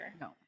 no